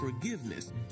forgiveness